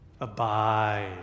abide